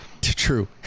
True